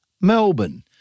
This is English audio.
Melbourne